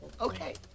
Okay